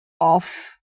off